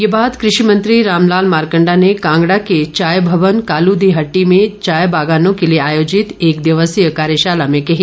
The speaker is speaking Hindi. ये बात कृषि मंत्री रामलाल मारकंडा ने कांगडा के चाय भवन काल दी हटटी में चाय बागवानों के लिए आयोजित एक दिवसीय कार्यशाला में कही